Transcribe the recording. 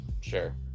sure